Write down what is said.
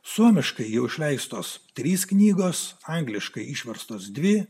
suomiškai jau išleistos trys knygos angliškai išverstos dvi